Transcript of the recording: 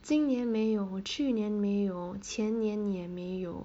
今年没有去年没有前年也没有